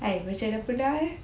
macam dah pernah eh